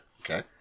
okay